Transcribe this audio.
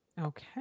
Okay